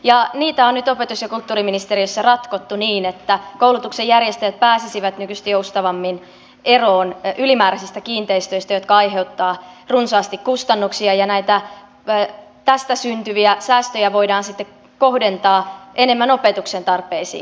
ja niitä on nyt opetus ja kulttuuriministeriössä ratkottu niin että koulutuksen järjestäjät pääsisivät nykyistä joustavammin eroon ylimääräisistä kiinteistöistä jotka aiheuttavat runsaasti kustannuksia ja tästä syntyviä säästöjä voidaan sitten kohdentaa enemmän opetuksen tarpeisiin